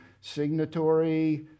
signatory